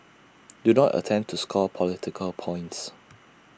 do not attempt to score political points